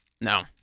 No